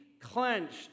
clenched